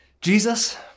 Jesus